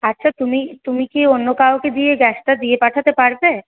আচ্ছা তুমি তুমি কি অন্য কাউকে দিয়ে গ্যাসটা দিয়ে পাঠাতে পারবে